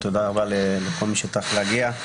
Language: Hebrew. ותודה רבה לכל מי שטרח להגיע.